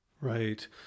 Right